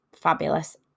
fabulous